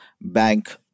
bank